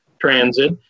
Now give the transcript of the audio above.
transit